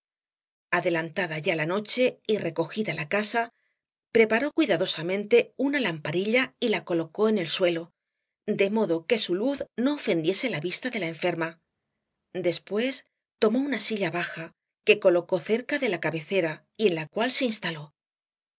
adelantada ya la noche y recogida la casa preparó cuidadosamente una lamparilla y la colocó en el suelo de modo que su luz no ofendiese la vista de la enferma después tomó una silla baja que colocó cerca de la cabecera y en la cual se instaló